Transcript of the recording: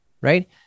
right